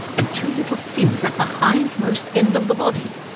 and two little fins at the hindmost end of the body.